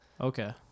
Okay